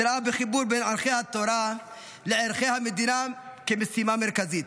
שראה בחיבור בין ערכי התורה לערכי המדינה כמשימה מרכזית.